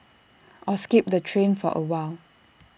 or skip the train for awhile